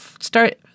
start